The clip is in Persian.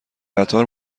قطار